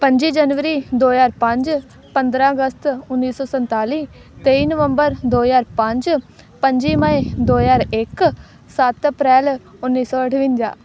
ਪੰਝੀ ਜਨਵਰੀ ਦੋ ਹਜ਼ਾਰ ਪੰਜ ਪੰਦਰਾਂ ਅਗਸਤ ਉੱਨੀ ਸੌ ਸੰਤਾਲੀ ਤੇਈ ਨਵੰਬਰ ਦੋ ਹਜ਼ਾਰ ਪੰਜ ਪੰਝੀ ਮਈ ਦੋ ਹਜ਼ਾਰ ਇੱਕ ਸੱਤ ਅਪ੍ਰੈਲ ਉੱਨੀ ਸੌ ਅਠਵੰਜਾ